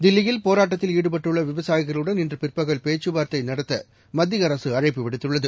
தில்லியில் போராட்டத்தில் ஈடுபட்டுள்ள விவசாயிகளுடன் இன்று பிற்பகல் பேச்சுவார்த்தை நடத்த மத்திய அரசு அழைப்பு விடுத்துள்ளது